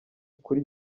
kuri